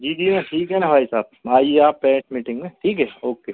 जी जी ठीक है ना भाई साहब आइए आप पेरेस मीटिंग में ठीक है ओके